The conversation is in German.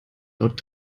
laut